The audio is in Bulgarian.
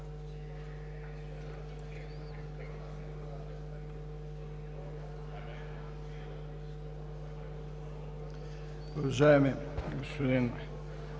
Уважаеми господин